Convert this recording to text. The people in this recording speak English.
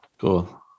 Cool